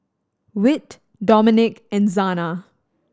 Whit Domenick and Zana